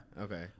Okay